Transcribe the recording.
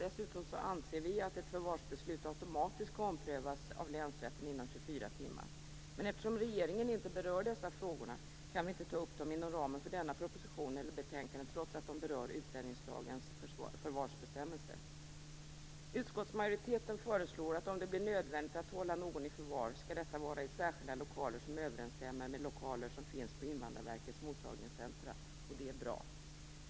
Dessutom anser vi att ett förvarsbeslut automatiskt skall omprövas av länsrätten inom 24 timmar. Men eftersom regeringen inte berör dessa frågor kan vi inte ta upp dem inom ramen för denna proposition eller detta betänkande, trots att de berör utlänningslagens förvarsbestämmelser. Utskottsmajoriteten föreslår att om det blir nödvändigt att hålla någon i förvar skall detta ske i särskilda lokaler som överensstämmer med lokaler som finns på Invandrarverkets mottagningscentrer, och det är bra.